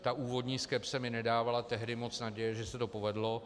Ta úvodní skepse mi nedávala tehdy moc naděje, že se to povedlo.